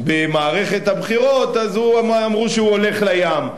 במערכת הבחירות, אז אמרו שהוא הולך לים.